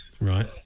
Right